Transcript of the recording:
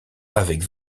avec